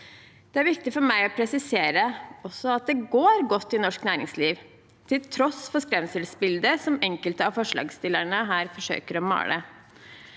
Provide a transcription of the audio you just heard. Det er også viktig for meg å presisere at det går godt i norsk næringsliv, til tross for skremselsbildet som enkelte av forslagsstillerne her forsøker å male.